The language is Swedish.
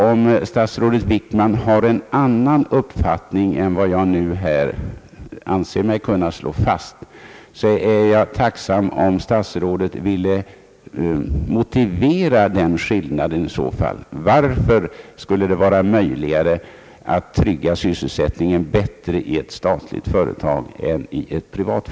Om statsrådet Wickman har en annan uppfattning än den jag nu anser mig kunna slå fast är jag tacksam om han vill motivera den. Varför skulle det vara möjligt att bättre kunna trygga sysselsättningen vid ett statligt företag än vid ett privat?